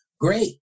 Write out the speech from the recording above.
great